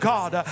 God